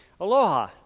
Aloha